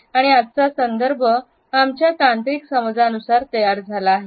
आणि आजचा संदर्भ आमच्या तांत्रिक समजानुसार तयार झाला आहे